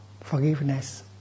Forgiveness